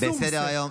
בשׂום שכל.